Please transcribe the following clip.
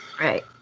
Right